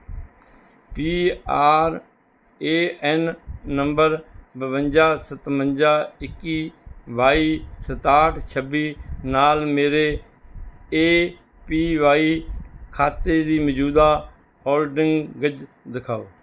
P R A N number ਬਵੰਜਾ ਸਤਵੰਜਾ ਇੱਕੀ ਬਾਈ ਸਤਾਹਠ ਛੱਬੀ ਨਾਲ ਮੇਰੇ ਏ ਪੀ ਵਾਈ ਖਾਤੇ ਦੀ ਮੌਜੂਦਾ ਹੋਲਡਿੰਗ ਵਿੱਤ ਦਿਖਾਓ